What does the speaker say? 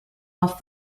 off